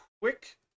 quick